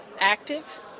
active